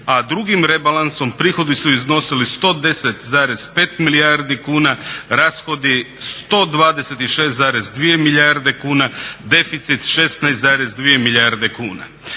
a drugim rebalansom prihodi su iznosili 110,5 milijardi kuna, rashodi 126,2 milijarde kuna, deficit 16,2 milijarde kuna.